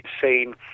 seen